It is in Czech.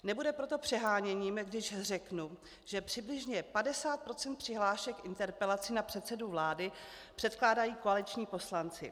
Nebude proto přeháněním, když řeknu, že přibližně 50 % přihlášek interpelací na předsedu vlády předkládají koaliční poslanci.